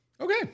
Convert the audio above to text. Okay